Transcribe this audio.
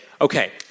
okay